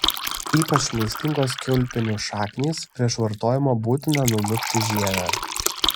ypač maistingos kiaulpienių šaknys prieš vartojimą būtina nulupti žievę